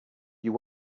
you